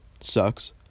Sucks